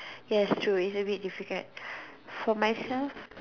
yes true it's a bit difficult for myself